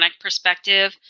perspective